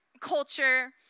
culture